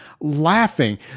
laughing